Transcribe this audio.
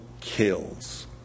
kills